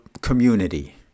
community